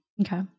Okay